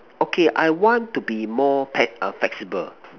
okay I want to be more peg~ uh flexible